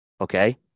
Okay